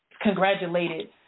congratulated